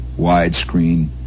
widescreen